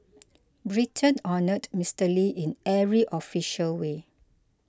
Britain honoured Mr Lee in every official way